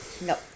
Nope